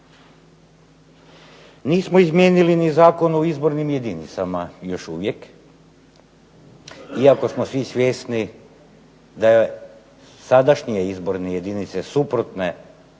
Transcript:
Nismo izmijenili Zakon o izbornim jedinicama još uvijek, iako smo svi svjesni da sadašnje izborne jedinice suprotne